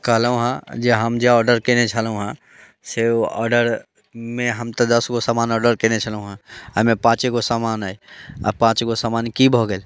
कहलहुँ हेँ जे हम जे ऑर्डर कयने छेलहुँ हेँ से ओ ऑर्डरमे हम तऽ दसगो समान ऑर्डर कयने छेलहुँ हेँ एहिमे पाँचे गो सामान अछि आ पाँचगो सामान की भऽ गेल